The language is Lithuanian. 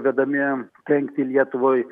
vedamiem kenkti lietuvoje